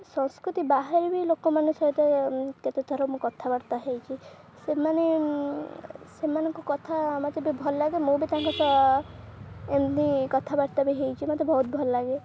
ସଂସ୍କୃତି ବାହାରେ ବି ଲୋକମାନଙ୍କ ସହିତ କେତେ ଥର ମୁଁ କଥାବାର୍ତ୍ତା ହେଇଛି ସେମାନେ ସେମାନଙ୍କ କଥା ମତେ ବି ଭଲ ଲାଗେ ମୁଁ ବି ତାଙ୍କ ସହ ଏମିତି କଥାବାର୍ତ୍ତା ବି ହେଇଛି ମତେ ବହୁତ ଭଲ ଲାଗେ